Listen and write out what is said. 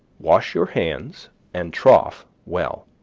wash your hands and trough well.